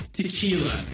Tequila